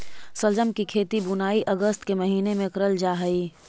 शलजम की खेती बुनाई अगस्त के महीने में करल जा हई